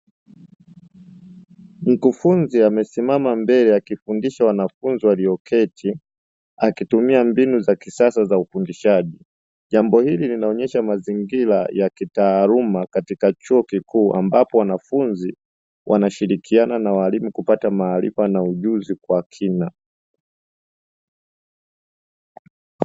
Mkufunzi amesimama mbele, akifundisha wanafunzi walioketi , akitumia mbinu za kisasa za ufundishaji , jambo hili linaloonyesha mazingira ya kitaalamu katika chuo kikuu , ambapo wanafunzi wanashirikiana na walimu kupata maarifa na ujuzi kwa kina .